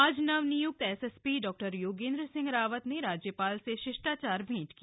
आज नव नियुक्त एसएसपी डॉक्टर योगेन्द्र सिंह रावत ने राज्यपाल से शिष्टाचार भैंट की